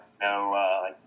no